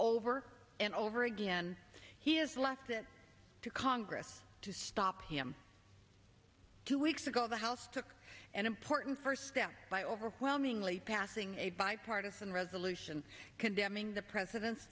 over and over again he has left it to congress to stop him two weeks ago the house took an important first step by overwhelmingly passing a bipartisan resolution condemning the president's